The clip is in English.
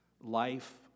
Life